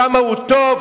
כמה הוא טוב,